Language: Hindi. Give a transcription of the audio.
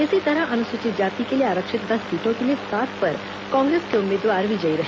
इसी तरह अनुसूचित जाति के लिए आरक्षित दस सीटों के लिए सात पर कांग्रेस के उम्मीदवार विजयी रहे